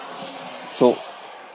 so